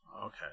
Okay